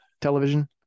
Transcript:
television